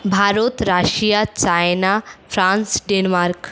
Bharat Russia China France Denmark